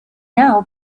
now